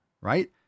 right